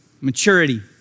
maturity